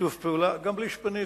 שיתוף פעולה גם בלי שפניתי.